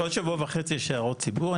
עוד שבוע וחצי יש הערות ציבור,